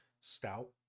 stout